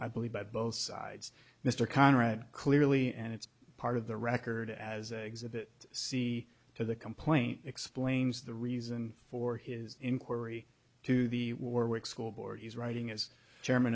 i believe by both sides mr conrad clearly and it's part of the record as a bit see to the complaint explains the reason for his inquiry to the warwick school board he's writing as